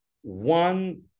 one